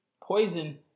poison